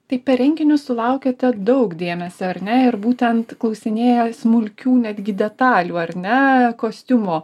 tai per renginius sulaukiate daug dėmesio ar ne ir būtent klausinėja smulkių netgi detalių ar ne kostiumo